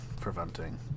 preventing